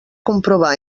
comprovar